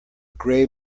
gray